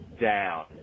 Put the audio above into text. down